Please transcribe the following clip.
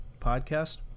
podcast